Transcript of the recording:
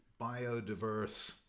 biodiverse